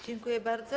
Dziękuję bardzo.